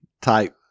type